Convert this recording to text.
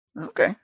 Okay